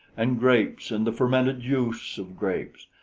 and grapes and the fermented juice of grapes.